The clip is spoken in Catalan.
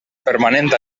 permanent